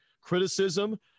criticism